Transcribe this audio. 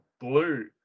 Blue